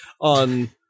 on